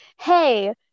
hey